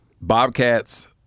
bobcats